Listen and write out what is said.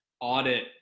audit